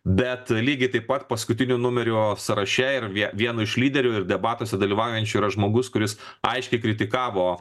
bet lygiai taip pat paskutiniu numeriu sąraše ir vie vienu iš lyderių ir debatuose dalyvaujančių yra žmogus kuris aiškiai kritikavo